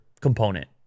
component